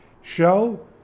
shell